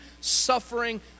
suffering